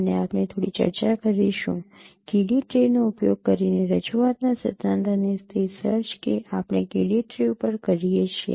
અને આપણે થોડી ચર્ચા કરીશું K D ટ્રી નો ઉપયોગ કરીને રજૂઆતના સિદ્ધાંત અને તે સર્ચ કે આપણે K D ટ્રી ઉપર કરીએ છીએ